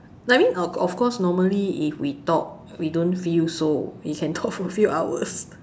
no I mean of course normally if we talk we don't feel so we can talk for few hours